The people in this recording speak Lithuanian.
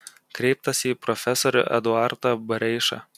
kreiptasi į profesorių eduardą bareišą